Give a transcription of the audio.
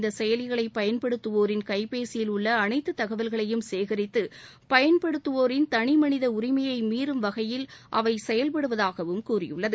இந்த செயலிகளை பயன்படுத்துவோரின் கைபேசியில் உள்ள அனைத்து தகவல்களையும் சேகரித்து பயன்படுத்துவோரின் தனிமனித உரிமையை மீறும் வகையில் அவை செயல்படுவதாகவும் கூறியுள்ளது